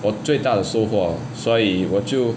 我最大的收获所以我就